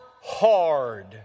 hard